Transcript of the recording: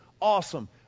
awesome